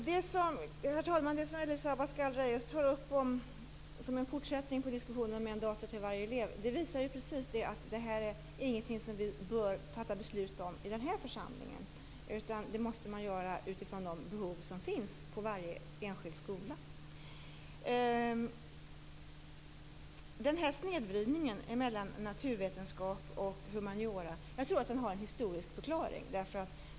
Herr talman! Det som Elisa Abascal Reyes tar upp som en fortsättning på diskussionen om en dator till varje elev, visar ju precis detta att det här inte är något som vi bör fatta beslut om i den här församlingen. Det måste man göra utifrån de behov som finns på varje enskild skola. Snedvridningen mellan naturvetenskap och humaniora tror jag har en historisk förklaring.